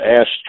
asked